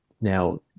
Now